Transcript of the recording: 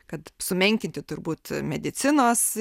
kad sumenkinti turbūt medicinos